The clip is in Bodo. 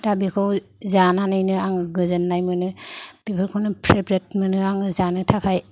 दा बेखौ जानानैनो आं गोजोन्नाय मोनो बेफोरखौनो फेबरेट मोनो आङो जानो थाखाय